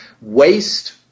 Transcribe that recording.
waste